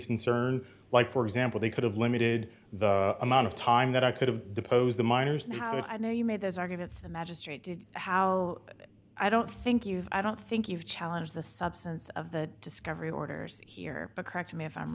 concern like for example they could have limited the amount of time that i could have deposed the miners and how i know you made those arguments the magistrate did how i don't think you've i don't think you challenge the substance of the discovery orders here a correct me if i'm